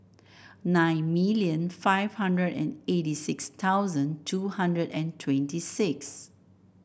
nine million five hundred and eighty six thousand two hundred and twenty six